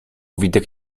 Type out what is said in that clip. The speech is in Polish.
witek